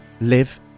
live